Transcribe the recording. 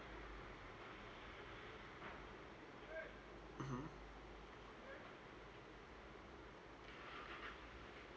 mmhmm